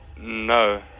no